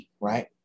right